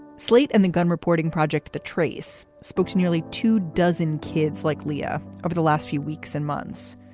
slate and the gun reporting project the trace spoke to nearly two dozen kids like leah over the last few weeks and months,